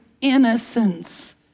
innocence